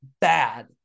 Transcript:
bad